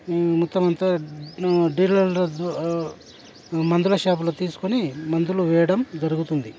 మొత్తం అంతా ఆ డీలర్ల మందుల షాపులో తీసుకొని మందులు వేయడం జరుగుతుంది